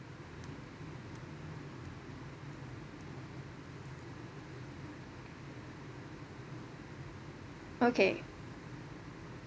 okay